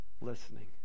listening